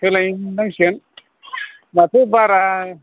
सोलायनांसिगोन माथो बारा